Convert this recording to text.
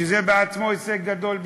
וזה בעצמו הישג גדול בעיני.